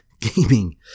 gaming